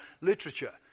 literature